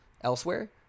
elsewhere